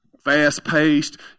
Fast-paced